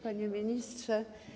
Panie Ministrze!